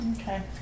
Okay